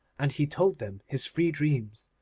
and he told him his three dreams.